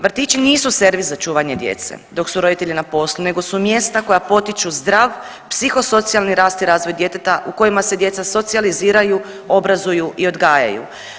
Vrtići nisu servis za čuvanje djece dok su roditelji na poslu nego su mjesta koja potiču zdrav psihosocijalni rast i razvoj djeteta u kojima se djeca socijaliziraju, obrazuju i odgajaju.